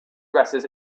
dresses